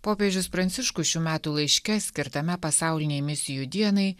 popiežius pranciškus šių metų laiške skirtame pasaulinei misijų dienai